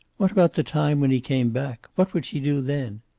what about the time when he came back? what would she do then?